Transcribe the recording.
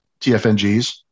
TFNGs